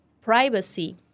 Privacy